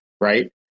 right